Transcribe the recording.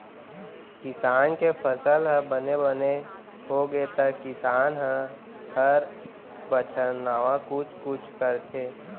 किसान के फसल ह बने बने होगे त किसान ह हर बछर नावा कुछ कुछ करथे